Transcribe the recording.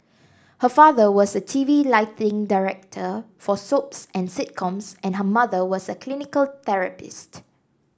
her father was a T V lighting director for soaps and sitcoms and her mother was a clinical therapist